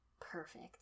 Perfect